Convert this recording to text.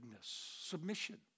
submission